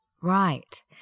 Right